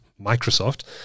Microsoft